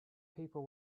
people